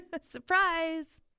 Surprise